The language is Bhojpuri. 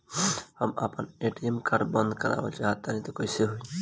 हम आपन ए.टी.एम कार्ड बंद करावल चाह तनि कइसे होई?